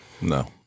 No